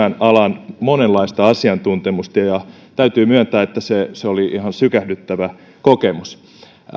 tämän alan monenlaista asiantuntemusta ja ja täytyy myöntää että se se oli ihan sykähdyttävä kokemus